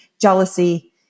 jealousy